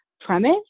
premise